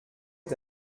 est